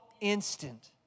instant